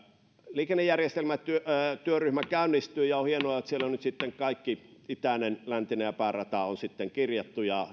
liikennejärjestelmätyöryhmä käynnistyy ja on hienoa että siellä on nyt kaikki itäinen läntinen ja päärata kirjattu ja